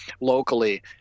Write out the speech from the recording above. locally